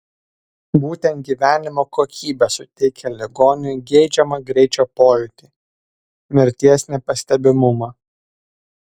būtent gyvenimo kokybė suteikia ligoniui geidžiamą greičio pojūtį mirties nepastebimumą